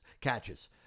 catches